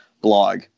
blog